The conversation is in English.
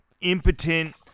impotent